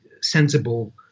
sensible